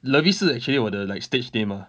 levis 是 actually 我的 like stage name ah